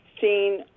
seen